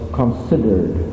considered